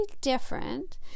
different